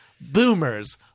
Boomers